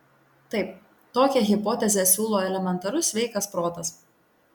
taip tokią hipotezę siūlo elementarus sveikas protas